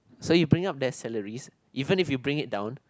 so you bring up their salaries even if you bring it down